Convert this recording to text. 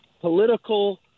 political